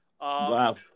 Wow